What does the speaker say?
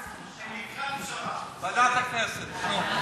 למה לקבוע את זה, ועדת הכנסת, נו.